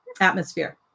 atmosphere